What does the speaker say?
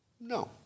No